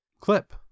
clip